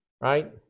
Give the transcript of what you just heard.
Right